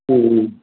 ம் ம்